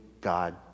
God